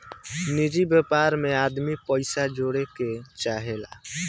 निजि व्यापार मे आदमी पइसा जोड़े के चाहेला